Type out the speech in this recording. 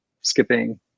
skipping